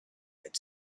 had